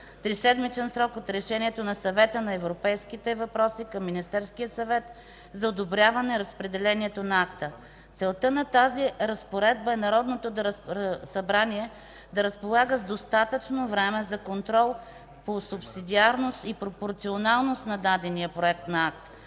триседмичен срок от решението на Съвета по европейските въпроси към Министерския съвет за одобряване разпределението на акта”. Целта на разпоредбата е Народното събрание да разполага с достатъчно време за контрол по субсидиарност и пропорционалност на дадения проект на акт,